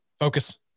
focus